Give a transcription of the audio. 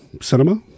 cinema